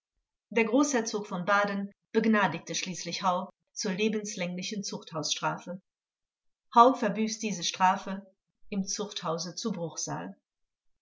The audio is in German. der großherzog von baden begnadigte digte schließlich hau zur lebenslänglichen zuchthausstrafe hau verbüßt diese strafe im zuchthause zu